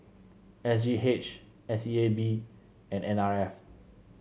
S G H S E A B and N R F